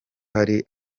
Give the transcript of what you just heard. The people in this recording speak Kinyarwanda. hari